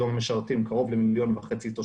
היום הם משרתים קרוב ל-1.5 מיליון תושבים,